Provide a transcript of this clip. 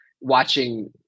watching